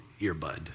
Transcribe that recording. earbud